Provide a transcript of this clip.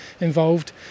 involved